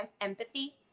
empathy